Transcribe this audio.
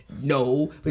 No